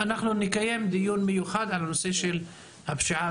נקיים דיון מיוחד על הנושא של הפשיעה